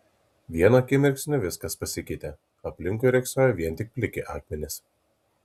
vienu akimirksniu viskas pasikeitė aplinkui riogsojo vien tik pliki akmenys